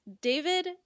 David